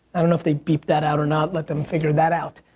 i don't know if they beep that out or not. let them figure that out.